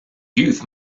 youth